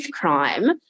crime